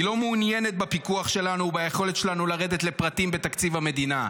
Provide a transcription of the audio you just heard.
היא לא מעוניינת בפיקוח שלנו וביכולת שלנו לרדת לפרטים בתקציב המדינה,